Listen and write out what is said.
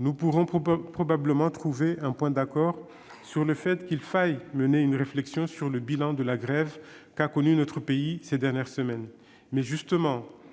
Nous pourrons probablement trouver un point d'accord sur la nécessité de mener une réflexion quant au bilan de la grève qu'a connue notre pays ces dernières semaines.